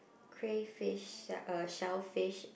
crayfish uh shellfish